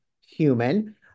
human